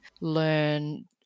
learn